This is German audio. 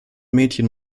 mädchen